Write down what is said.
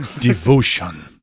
devotion